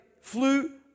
flew